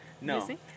no